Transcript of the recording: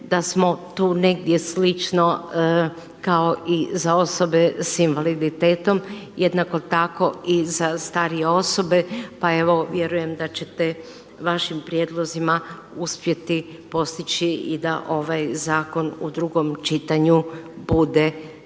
da smo tu negdje slično kao i za osobe s invaliditetom, jednako tako i za starije osobe. Pa evo vjerujem da ćete vašim prijedlozima uspjeti postići i da ovaj zakon u drugom čitanju bude za